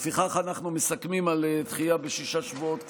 לפיכך, אנחנו מסכמים על דחייה בשישה שבועות כרגע,